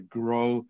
grow